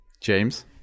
James